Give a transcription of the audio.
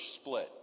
split